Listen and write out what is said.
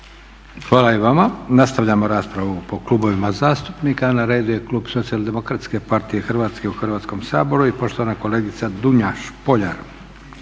Hvala i vama. Nastavljamo raspravu po klubovima zastupnika. Na redu je klub SDP-a u Hrvatskom saboru i poštovana kolegica Dunja Špoljar.